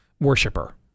worshiper